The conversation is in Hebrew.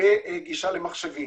בגישה למחשבים.